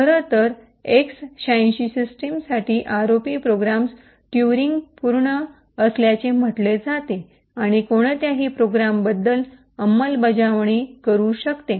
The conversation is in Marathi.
खरं तर एक्स86 सिस्टमसाठी आरओपी प्रोग्राम्स ट्युरिंग पूर्ण असल्याचे म्हटले जाते आणि कोणत्याही प्रोग्राम बद्दल अंमलबजावणी इम्प्लीमेन्ट - implement करू शकते